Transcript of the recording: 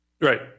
Right